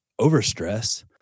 overstress